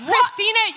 Christina